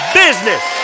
business